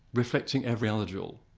reflecting every other jewel.